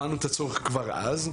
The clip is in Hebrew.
הבנו את הצורך כבר אז,